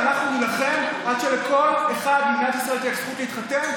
ואנחנו נילחם עד שלכל אחד במדינת ישראל תהיה הזכות להתחתן